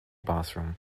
bathroom